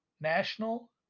national